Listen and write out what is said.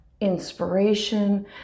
inspiration